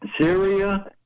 Syria